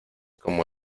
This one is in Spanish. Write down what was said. como